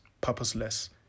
purposeless